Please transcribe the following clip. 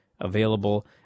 available